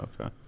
Okay